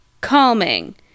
Calming